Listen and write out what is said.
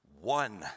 one